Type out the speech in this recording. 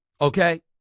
Okay